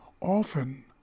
often